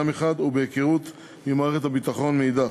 מחד ובהיכרות עם מערכת הביטחון מאידך.